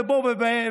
ובו ובו,